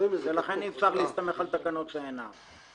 ולכן אי-אפשר להסתמך על תקנות שאינן.